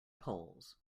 poles